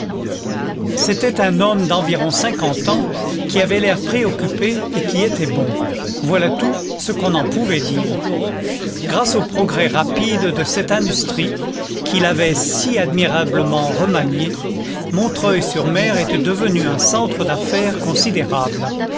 c'était un homme d'environ cinquante ans qui avait l'air préoccupé et qui était bon voilà tout ce qu'on en pouvait dire grâce aux progrès rapides de cette industrie qu'il avait si admirablement remaniée montreuil sur mer était devenu un centre d'affaires considérable